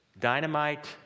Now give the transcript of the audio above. dynamite